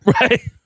Right